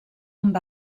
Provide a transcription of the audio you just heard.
amb